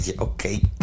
Okay